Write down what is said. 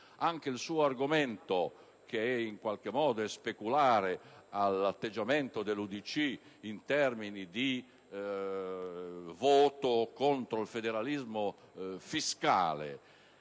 del senatore D'Alia, in qualche modo speculare all'atteggiamento dell'UDC in termini di voto contro il federalismo fiscale